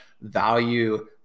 value